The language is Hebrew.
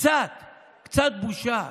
קצת בושה.